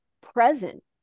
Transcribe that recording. present